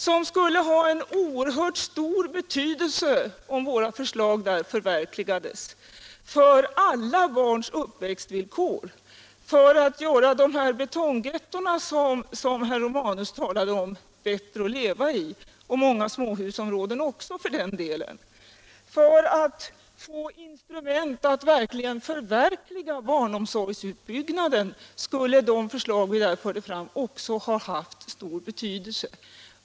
Ett förverkligande av våra förslag där skulle ha haft en oerhört stor betydelse för alla barns uppväxtvillkor och för att göra de betonggetton som herr Romanus talade om bättre att leva i — många småhusområden också för den delen. Även när det gäller att få instrument för att förverkliga barnomsorgsutbyggnaden skulle de förslag vi där förde fram ha varit av stor vikt.